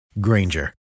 Granger